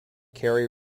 carey